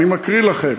אני מקריא לכם: